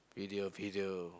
video video